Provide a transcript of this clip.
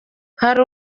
hari